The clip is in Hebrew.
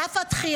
על אף הדחייה,